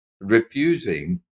refusing